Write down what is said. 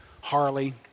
Harley